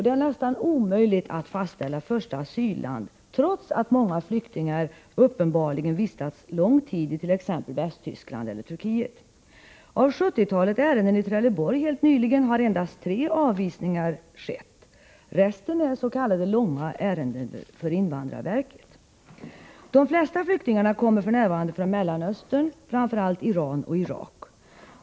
Det är nästan omöjligt att fastställa första asylland, trots att många flyktingar uppenbarligen vistats lång tid i t.ex. Västtyskland eller Turkiet. I sjuttiotalet ärenden i Trelleborg helt nyligen har endast tre avvisningar skett. Resten är s.k. långa ärenden för invandrarverket. De flesta flyktingar kommer f. n. från Mellanöstern, framför allt Iran och Irak.